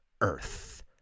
earth